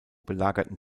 belagerten